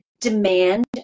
demand